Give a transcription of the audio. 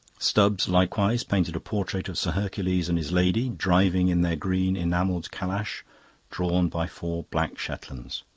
stubbs likewise painted a portrait of sir hercules and his lady driving in their green enamelled calash drawn by four black shetlands.